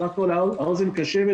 בסך הכל האוזן קשבת,